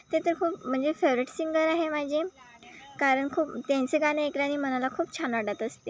ते तर खूप म्हणजे फेवरेट सिंगर आहे माझे कारण खूप त्यांचे गाणे ऐकल्याने मनाला खूप छान वाटत असते